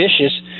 vicious